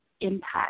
impact